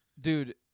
dude